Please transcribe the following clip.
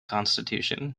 constitution